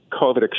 COVID